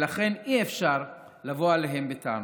ולכן אי-אפשר לבוא אליהם בטענות.